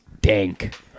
Dank